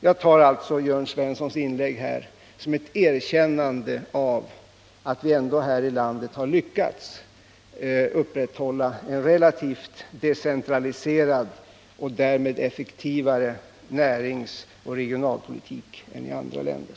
Jag tar alltså Jörn Svenssons inlägg som ett erkännande av att vi här i landet lyckats upprätthålla en relativt decentraliserad och därmed effektivare näringsoch regionalpolitik än i andra länder.